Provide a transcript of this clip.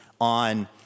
on